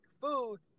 food